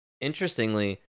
interestingly